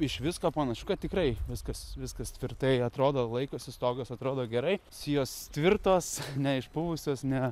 iš visko panašu kad tikrai viskas viskas tvirtai atrodo laikosi stogas atrodo gerai sijos tvirtos neišpuvusios ne